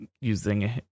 using